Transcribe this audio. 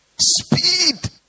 Speed